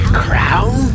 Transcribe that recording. crown